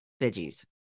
veggies